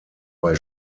bei